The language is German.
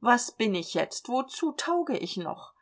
was bin ich jetzt wozu tauge ich noch